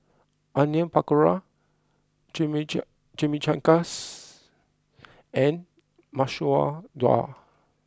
Onion Pakora Chimichangas and Masoor Dal